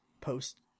post